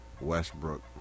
Westbrook